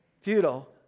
Futile